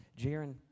Jaron